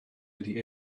ydy